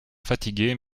fatiguer